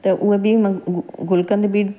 त उहे बि मां गु गुलकंद बि